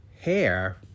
hair